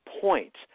point